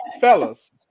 fellas